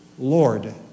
Lord